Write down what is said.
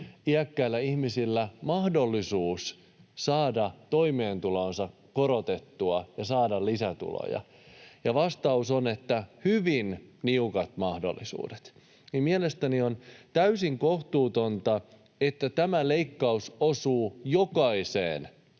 iäkkäillä ihmisillä, mahdollisuus saada toimeentuloansa korotettua ja saada lisätuloja? Vastaus on, että hyvin niukat mahdollisuudet, joten mielestäni on täysin kohtuutonta, että tämä leikkaus osuu jokaiseen